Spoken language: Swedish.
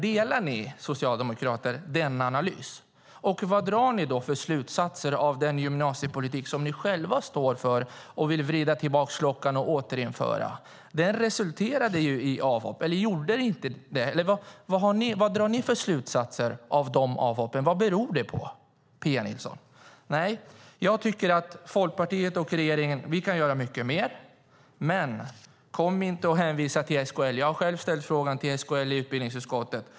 Delar ni socialdemokrater denna analys? Vad drar ni då för slutsatser av den gymnasiepolitik som ni själva står för och vill vrida tillbaka klockan och återinföra? Den resulterade ju i avhopp, eller gjorde den inte det? Vad drar ni för slutsatser av avhoppen - vad beror de på, Pia Nilsson? Vi i Folkpartiet och regeringen kan göra mycket mer, men kom inte och hänvisa till SKL! Jag har själv ställt frågan till SKL i utskottet.